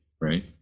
right